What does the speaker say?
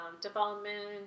development